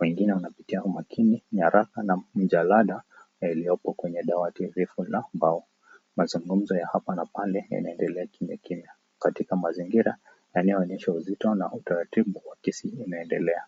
wengine wanapitia kwa umakini nyaraka na mjalada yaliyopo kwenye dawati refu la mbao mazungumzo ya hapa na pale yanaendelea kimyakimya katika mazingira yanayoonyesha uzito na utaratibu wa kesi inaendelea.